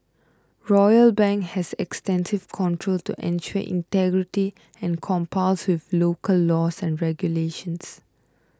Royal Bank has extensive controls to ensure integrity and complies with local laws and regulations